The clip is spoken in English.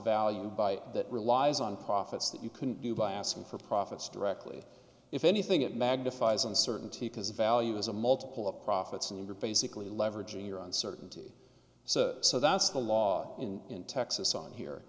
value by that relies on profits that you couldn't do by asking for profits directly if anything it magnifies uncertainty because value is a multiple of profits and you're basically leveraging your uncertainty so so that's the law in texas on here